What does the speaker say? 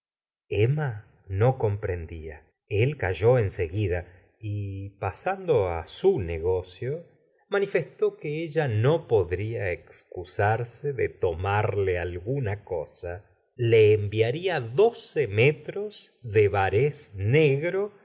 emma no comprendía el calló en seguida y pasando á su negocio manifestó que ella no podría excusarse de tomarle alguna cosa le enviaría doce metros de barés negro